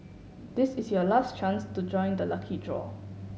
this is your last chance to join the lucky draw